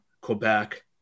Quebec